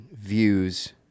views